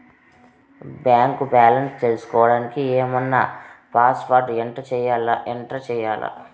Bank balance తెలుసుకోవడానికి ఏమన్నా password enter చేయాలా?